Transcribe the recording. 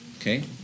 Okay